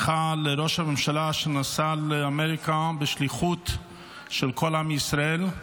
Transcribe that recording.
הממשלה שנסע לאמריקה בשליחות של כל עם ישראל,